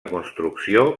construcció